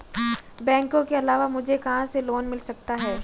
बैंकों के अलावा मुझे कहां से लोंन मिल सकता है?